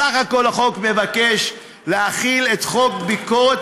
בסך הכול החוק מבקש להחיל את חוק ביקורת